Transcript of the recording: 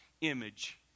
image